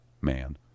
man